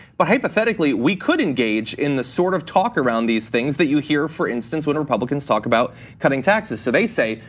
but hypothetically, we could engage in the sort of talk around these things that you hear, for instance, when republicans talk about cutting taxes. so they say,